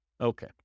Okay